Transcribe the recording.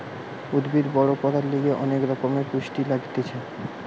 উদ্ভিদ বড় করার লিগে অনেক রকমের পুষ্টি লাগতিছে